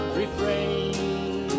refrain